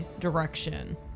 direction